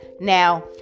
Now